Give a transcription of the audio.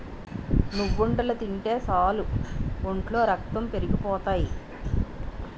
నువ్వుండలు తింటే సాలు ఒంట్లో రక్తం పెరిగిపోతాయి